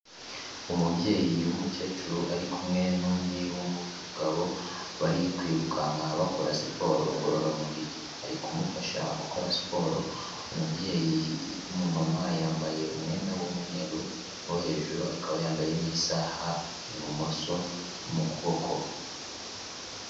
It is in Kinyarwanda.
Umubyeyi w'umukecuru ari kumwe n'undi w'umugabo bari kwirukanka bakora siporo ngorora mubiri, ari kumufasha gukora siporo, umubyeyi w'umumama yambaye umwenda w'umweru wo hejuru, akaba yambaye n'isaha ibumoso mu kuboko.